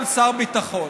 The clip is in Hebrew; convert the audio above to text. גם שר ביטחון.